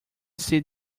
see